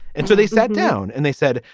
and so they sat down and they said,